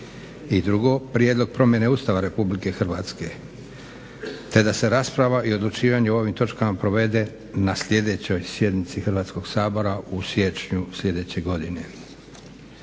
i drugo, Prijedlog promjene Ustava Republike Hrvatske te da se rasprava i odlučivanje o ovim točkama provede na sljedećoj sjednici Hrvatskog sabora u siječnju sljedeće godine.